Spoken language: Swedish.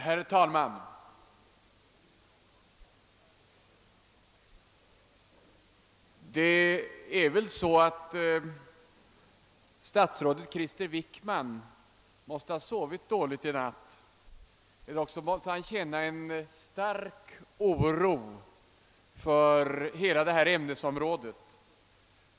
Herr talman! Statsrådet Krister Wickman måste ha sovit dåligt i natt eller också måste han känna en stark oro för hela detta ämnesområde.